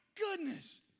goodness